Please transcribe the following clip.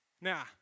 Now